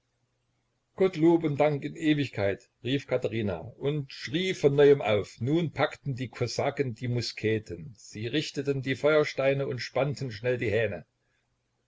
gott lob und dank in ewigkeit rief katherina und schrie von neuem auf nun packten die kosaken die musketen sie richteten die feuersteine und spannten schnell die hähne